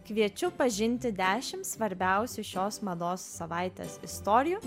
kviečiu pažinti dešim svarbiausių šios mados savaitės istorijų